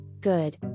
good